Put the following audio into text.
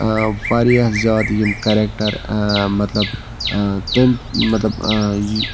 واریاہ زیادٕ یِم کَریکٹَر مطلب تٔمۍ مطلب یہِ